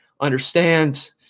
understand